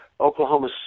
Oklahoma